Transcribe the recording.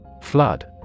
Flood